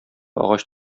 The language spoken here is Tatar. агач